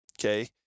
okay